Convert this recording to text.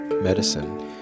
Medicine